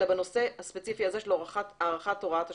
אלא בנושא הספציפי הזה של הארכת הוראת השעה.